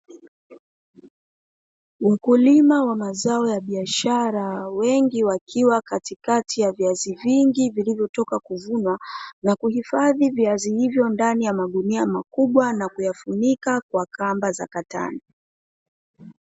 Wakulima wa mazao ya biashara wengi wakiwa katikati ya viazi vingi, vilivyotoka kuvunwa na kuhifadhi viazi ivyo ndani ya magunia makubwa na kuyafunika kwa kamba za katani.